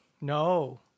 no